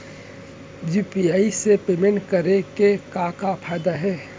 UPI से payment करे के का का फायदा हे?